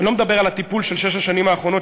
אני לא מדבר על הטיפול של שש השנים האחרונות,